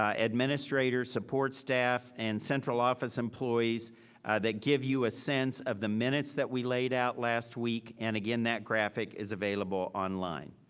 um administrators, support staff, and central office employees that give you a sense of the minutes that we laid out last week. and again, that graphic is available online.